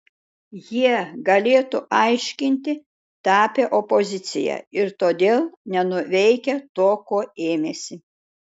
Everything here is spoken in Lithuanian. jie galėtų aiškinti tapę opozicija ir todėl nenuveikę to ko ėmėsi